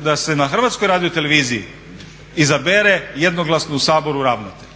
da se na Hrvatskoj radioteleviziji izabere jednoglasno u Saboru ravnatelj.